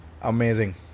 Amazing